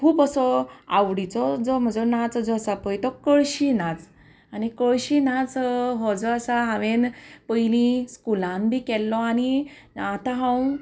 खूब असो आवडीचो जो म्हजो नाच जो आसा पय तो कळशी नाच आनी कळशी नाच हो जो आसा हांवेन पयलीं स्कुलान बी केल्लो आनी आतां हांव